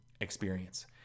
experience